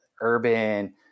urban